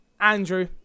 Andrew